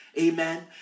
amen